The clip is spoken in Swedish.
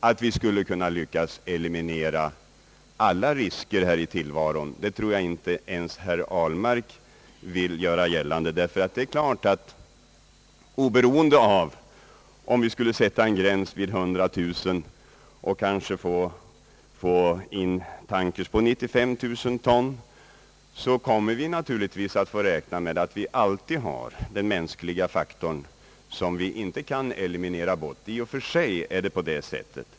Att vi skulle kunna eliminera alla risker här i tillvaron tror jag inte ens herr Ahlmark vill göra gällande, ty även om vi skulle sätta en gräns vid 100 000 ton och kanske få in tankers på 95 000 ton kommer vi naturligtvis alltid att få räkna med den mänskliga faktorn. Den kan vi i princip inte eliminera.